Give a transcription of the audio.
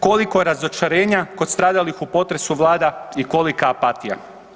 Koliko razočarenja kod stradalih u potresu vlada i kolika apatija?